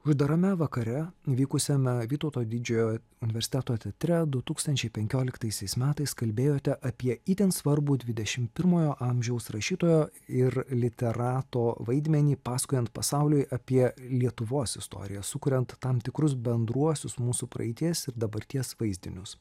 uždarame vakare vykusiame vytauto didžiojo universiteto teatre du tūkstančiai penkioliktaisiais metais kalbėjote apie itin svarbų dvidešimt pirmojo amžiaus rašytojo ir literato vaidmenį pasakojant pasauliui apie lietuvos istoriją sukuriant tam tikrus bendruosius mūsų praeities ir dabarties vaizdinius